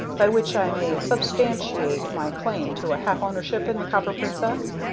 by which i may substantiate my claim to a half-ownership in the copper princess?